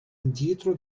indietro